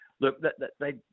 look—they